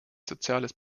soziales